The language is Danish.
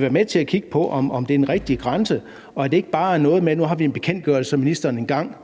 være med til at kigge på, om det er en rigtig grænse, og at det ikke bare noget med, at nu har vi en bekendtgørelse, som ministeren engang